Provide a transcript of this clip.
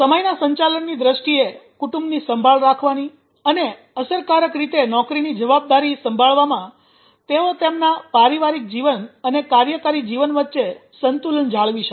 સમયની સંચાલનની દ્રષ્ટિએ કુટુંબની સંભાળ રાખવાની અને અસરકારક રીતે નોકરીની જવાબદારી સંભાળવામાં તેઓ તેમના પારિવારિક જીવન અને કાર્યકારી જીવન વચ્ચે સંતુલન જાળવી શકશે